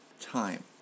time